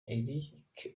eric